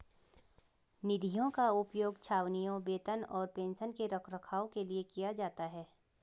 निधियों का उपयोग छावनियों, वेतन और पेंशन के रखरखाव के लिए किया जाता है